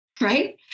Right